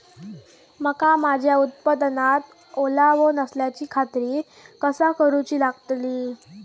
मका माझ्या उत्पादनात ओलावो नसल्याची खात्री कसा करुची लागतली?